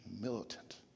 militant